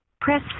Press